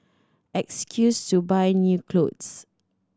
excuse to buy new clothes